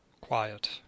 quiet